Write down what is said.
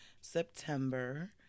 September